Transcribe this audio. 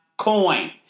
coin